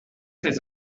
ses